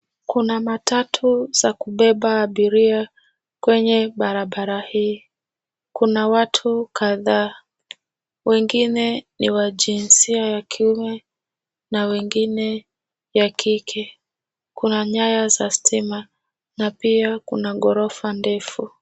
Kuna matatu za kubeba abiria kwenye barabara hii. Kuna watu kadhaa, wengine ni wa jinsia ya kiume na wengine ya kike. Kuna nyaya za stima, na pia kuna ghorofa ndefu.